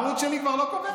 הערוץ שלי כבר לא קובע?